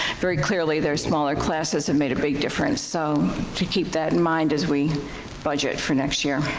very clearly, their smaller classes have made a big difference, so to keep that in mind as we budget for next year.